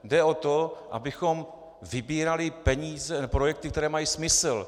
Jde o to, abychom vybírali peníze nebo projekty, které mají smysl.